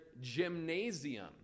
gymnasium